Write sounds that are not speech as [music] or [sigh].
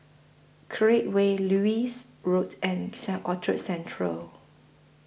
Create Way Lewis Road and [unintelligible] Orchard Central